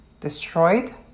destroyed